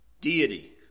deity